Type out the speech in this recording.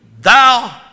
thou